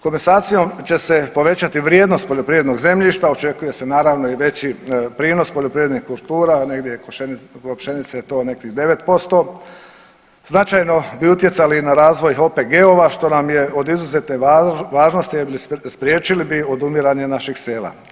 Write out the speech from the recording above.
Komasacijom će se povećati vrijednost poljoprivrednog zemljišta, očekuje se naravno i veći prinos poljoprivrednih kultura, negdje je kod pšenice to nekih 9%, značajno bi utjecali na razvoj OPG-ova što nam je od izuzetne važnosti jer spriječili bi odumiranje naših sela.